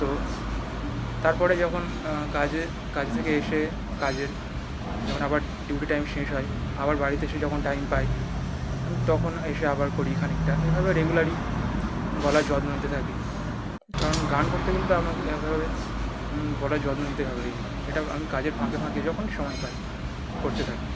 তো তারপরে যখন কাজে কাজ থেকে এসে কাজের যখন আবার ডিউটি টাইম শেষ হয় আবার বাড়িতে এসে যখন টাইম পাই তখন এসে আবার করি খানিকটা এভাবে রেগুলারই গলার যত্ন নিতে থাকি কারণ গান করতে গেলে তো আমাকে এভাবে গলার যত্ন নিতেই হবে রেগুলার এটা আমি কাজের ফাঁকে ফাঁকে যখন সময় পাই করতে থাকি